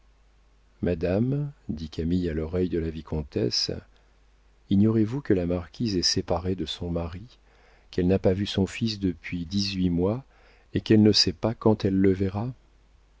madame dit camille à l'oreille de la vicomtesse ignorez-vous que la marquise est séparée de son mari qu'elle n'a pas vu son fils depuis dix-huit mois et qu'elle ne sait pas quand elle le verra